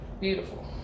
Beautiful